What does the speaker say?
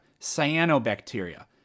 cyanobacteria